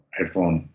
Headphone